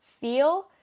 feel